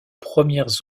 premiers